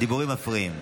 הדיבורים מפריעים.